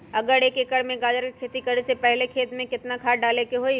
अगर एक एकर में गाजर के खेती करे से पहले खेत में केतना खाद्य डाले के होई?